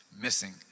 missing